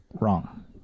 Wrong